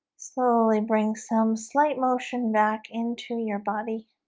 slowly bring some slight motion back into your body